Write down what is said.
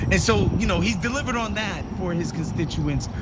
and so you know he delivered on that for his constituents,